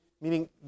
Meaning